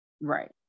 Right